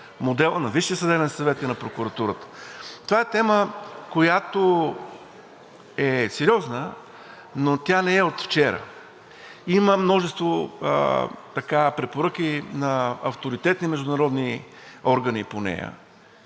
модела на Висшия съдебен съвет и на прокуратурата. Това е тема, която е сериозна, но тя не е от вчера. Има множество препоръки на авторитетни международни органи по нея.